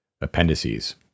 appendices